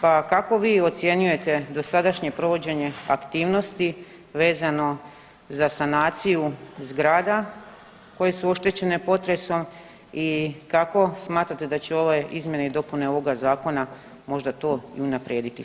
Pa kako vi ocjenjujete dosadašnje provođenje aktivnosti vezano z a sanaciju zgrada koje su oštećene potresom i kako smatrate da će ove izmjene i dopune ovoga zakona možda to unaprijediti.